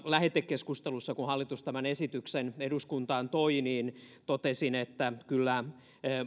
lähetekeskustelussa kun hallitus tämän esityksen eduskuntaan toi totesin että kyllä